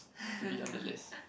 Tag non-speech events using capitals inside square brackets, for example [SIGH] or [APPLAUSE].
[LAUGHS]